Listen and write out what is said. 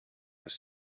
was